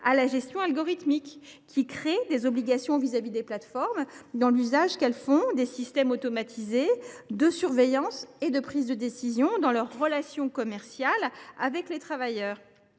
à la gestion algorithmique, qui imposent aux plateformes des obligations pour l’usage qu’elles font des systèmes automatisés de surveillance et de prise de décision dans leurs relations commerciales avec les travailleurs.